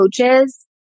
coaches